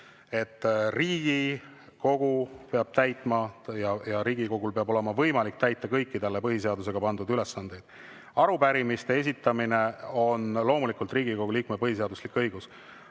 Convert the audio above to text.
et Riigikogu peab täitma ja Riigikogul peab olema võimalik täita kõiki talle põhiseadusega pandud ülesandeid. Arupärimiste esitamine on loomulikult Riigikogu liikme põhiseaduslik õigus.